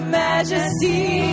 majesty